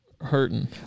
hurting